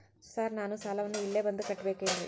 Sir ನಾನು ಸಾಲವನ್ನು ಇಲ್ಲೇ ಬಂದು ಕಟ್ಟಬೇಕೇನ್ರಿ?